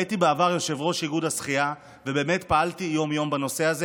הייתי בעבר יושב-ראש איגוד השחייה ובאמת פעלתי יום-יום בנושא הזה,